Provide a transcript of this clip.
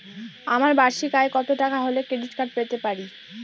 আমার বার্ষিক আয় কত টাকা হলে ক্রেডিট কার্ড পেতে পারি?